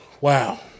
wow